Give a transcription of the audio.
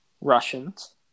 Russians